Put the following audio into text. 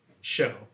show